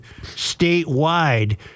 statewide